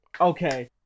Okay